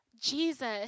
Jesus